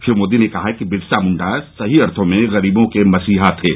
श्री मोदी ने कहा कि बिरसा मुंडा सही अर्थों में गरीबों के मसीहा थे